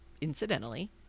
incidentally